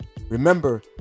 Remember